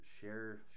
share